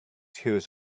hears